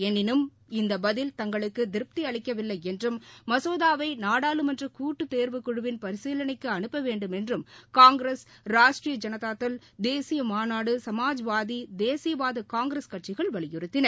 எனினும் இந்த பதில் தங்களுக்கு திருப்தி அளிக்கவில்லை என்றும் மசோதாவை நாடாளுமன்ற கூட்டு தேர்வுக்குழுவின் பரிசீலனைக்கு அனுப்ப வேண்டுமென்றும் காங்கிரஸ் ராஷ்ட்ரீய ஜனதாதள் தேசிய மாநாடு சமாஜ்வாதி தேசியவாத காங்கிரஸ் கட்சிகள் வலியுறுத்தின